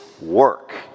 work